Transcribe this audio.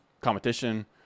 competition